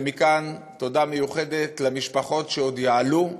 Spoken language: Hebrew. ומכאן תודה מיוחדת למשפחות שעוד יעלו,